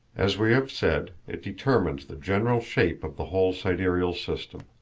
as we have said, it determines the general shape of the whole sidereal system.